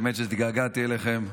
האמת שהתגעגעתי אליכם.